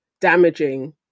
damaging